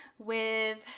with